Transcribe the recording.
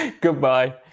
Goodbye